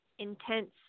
Intense